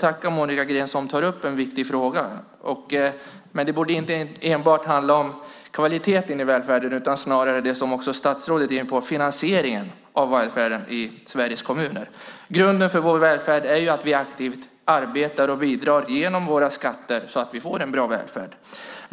tackar Monica Green som tar upp en viktig fråga, men jag vill ge en mer nyanserad bild. Det bör inte enbart handla om kvaliteten i välfärden utan också om det som statsrådet är inne på, nämligen finansieringen av välfärden i Sveriges kommuner. Grunden för vår välfärd är att vi aktivt arbetar och bidrar genom våra skatter så att vi får en bra välfärd.